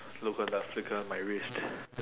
look at the flick of my wrist